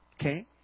Okay